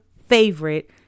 favorite